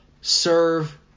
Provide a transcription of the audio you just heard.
serve